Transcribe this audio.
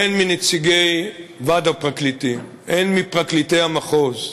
הן מנציגי ועד הפרקליטים, הן מפרקליטי המחוז,